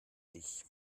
dich